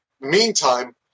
meantime